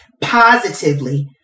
positively